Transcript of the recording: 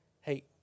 hey